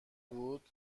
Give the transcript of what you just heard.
بود